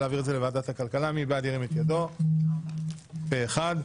פה אחד.